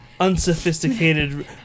Unsophisticated